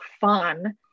fun